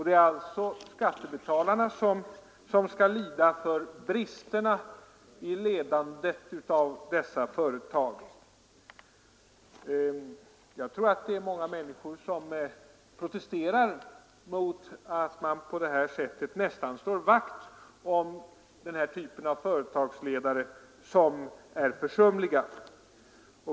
Det är alltså skattebetalarna som skall lida för bristerna i ledandet av dessa företag. Jag tror att många människor reagerar mot att man på detta sätt nästan slår vakt om företagsledare som är försumliga.